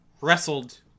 wrestled